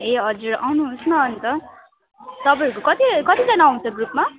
ए हजुर आउनुहोस् न अन्त तपाईँहरू कति कतिजना आउनुहुन्छ ग्रुपमा